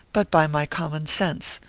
but by my common sense,